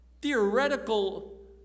theoretical